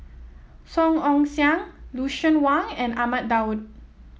Song Ong Siang Lucien Wang and Ahmad Daud